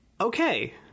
okay